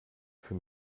für